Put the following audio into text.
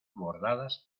bordadas